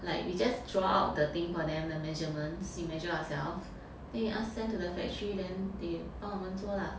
like we just draw out the thing for them the measurements we measure ourselves then we ask send to the factory then they 帮我们做 lah